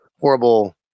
horrible